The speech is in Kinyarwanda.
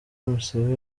museveni